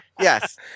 Yes